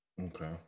Okay